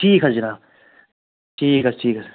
ٹھیٖک حظ جناب ٹھیٖک حظ ٹھیٖک حظ